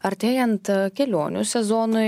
artėjant kelionių sezonui